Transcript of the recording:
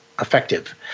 Effective